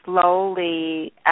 slowly